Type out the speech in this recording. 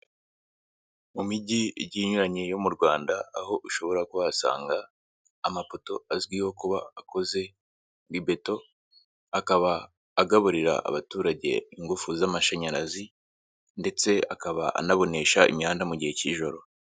Mu mijyi igiye inyuranye yo mu Rwanda, aho ushobora kuhasanga amapoto azwiho kuba akoze mw'ibeto, akaba agaburira abaturage ingufu z'amashanyarazi, ndetse akaba anabonesha imihanda mu gihe cy'ijoro.